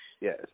Yes